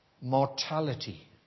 mortality